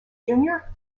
junior